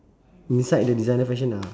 beside the designer fashion ah